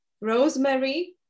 rosemary